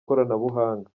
koranabuhanga